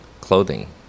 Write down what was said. clothing